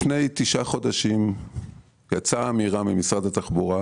לפני תשעה חודשים יצאה אמירה ממשרד התחבורה,